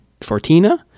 Fortina